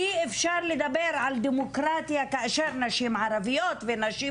אי אפשר לדבר על דמוקרטיה כאשר נשים ערביות ונשים